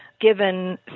given